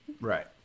Right